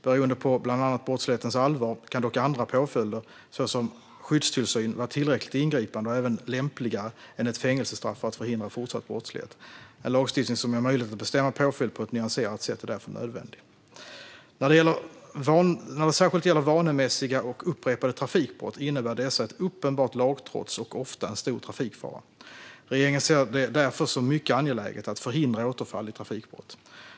Beroende på bland annat brottslighetens allvar kan dock andra påföljder, såsom skyddstillsyn, vara tillräckligt ingripande och även lämpligare än ett fängelsestraff för att förhindra fortsatt brottslighet. En lagstiftning som ger möjlighet att bestämma påföljd på ett nyanserat sätt är därför nödvändig. När det särskilt gäller vanemässiga och upprepade trafikbrott innebär dessa ett uppenbart lagtrots och ofta en stor trafikfara. Regeringen ser det därför som mycket angeläget att förhindra återfall i trafikbrott.